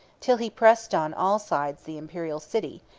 till he pressed on all sides the imperial city,